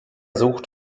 sucht